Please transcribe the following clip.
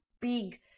big